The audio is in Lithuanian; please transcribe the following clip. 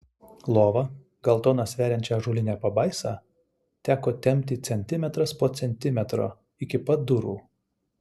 lova gal toną sveriančią ąžuolinę pabaisą teko tempti centimetras po centimetro iki pat durų